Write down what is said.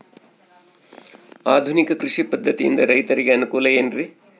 ಆಧುನಿಕ ಕೃಷಿ ಪದ್ಧತಿಯಿಂದ ರೈತರಿಗೆ ಅನುಕೂಲ ಏನ್ರಿ?